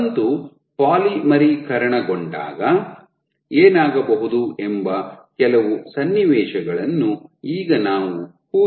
ತಂತು ಪಾಲಿಮರೀಕರಣಗೊಂಡಾಗ ಏನಾಗಬಹುದು ಎಂಬ ಕೆಲವು ಸನ್ನಿವೇಶಗಳನ್ನು ಈಗ ನಾವು ಊಹಿಸೋಣ